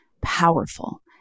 powerful